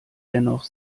dennoch